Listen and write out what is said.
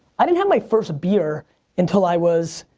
i didn't have my first beer until i was